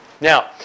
Now